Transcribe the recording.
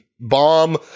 bomb